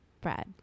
bread